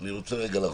אני רוצה רגע לחזור,